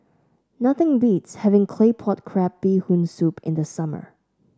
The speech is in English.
nothing beats having Claypot Crab Bee Hoon Soup in the summer